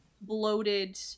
bloated